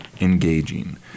engaging